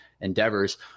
endeavors